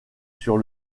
sur